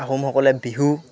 আহোমসকলে বিহু